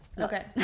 Okay